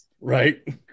Right